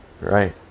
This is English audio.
Right